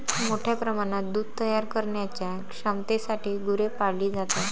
मोठ्या प्रमाणात दूध तयार करण्याच्या क्षमतेसाठी गुरे पाळली जातात